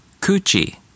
Coochie